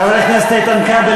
חבר הכנסת איתן כבל,